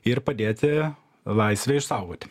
ir padėti laisvę išsaugoti